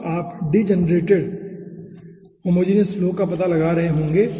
तब आप degenerated homogeneous flow का पता लगा रहे होंगे